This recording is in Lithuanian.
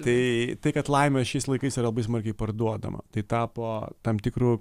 tai tai kad laimė šiais laikais yra labai smarkiai parduodama tai tapo tam tikru